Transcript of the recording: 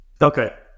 Okay